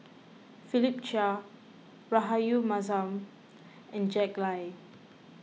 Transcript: Philip Chia Rahayu Mahzam and Jack Lai